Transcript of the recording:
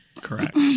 Correct